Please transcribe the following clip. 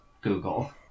Google